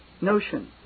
notion